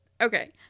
okay